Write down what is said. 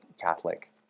Catholic